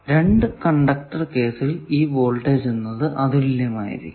2 conductor കേസിൽ ഈ voltage എന്നത് അതുല്യമായിരിക്കും